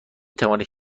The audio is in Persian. توانید